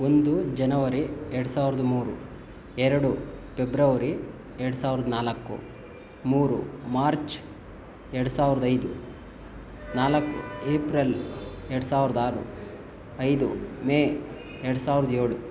ಒಂದು ಜನವರಿ ಎರಡು ಸಾವಿರದ ಮೂರು ಎರಡು ಪೆಬ್ರವರಿ ಎರಡು ಸಾವಿರದ ನಾಲ್ಕು ಮೂರು ಮಾರ್ಚ್ ಎರಡು ಸಾವಿರದ ಐದು ನಾಲ್ಕು ಏಪ್ರಿಲ್ ಎರಡು ಸಾವಿರದ ಆರು ಐದು ಮೇ ಎರಡು ಸಾವಿರದ ಏಳು